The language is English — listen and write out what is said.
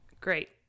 Great